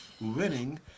winning